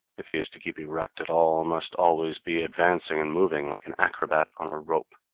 if he is to keep erect at all, must always be advancing and moving, like an acrobat on a rope